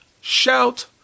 shout